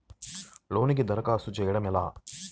లోనుకి దరఖాస్తు చేయడము ఎలా?